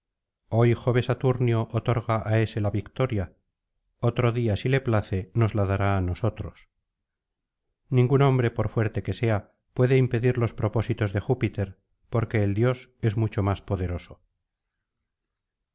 hoy jove saturnio otorga á ése la victoria otro día si le place nos la dará á nosotros ningún hombre por fuerte que sea puede impedir los propósitos de júpiter porque el dios es mucho más poderoso